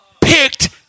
picked